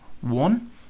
One